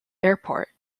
airport